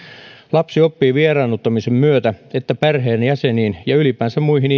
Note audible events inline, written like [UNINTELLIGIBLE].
lapsi oppii vieraannuttamisen myötä että perheenjäseniin ja ylipäänsä muihin [UNINTELLIGIBLE]